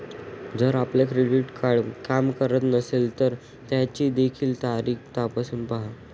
जर आपलं credit card काम करत नसेल तर त्याची देय तारीख तपासून पाहा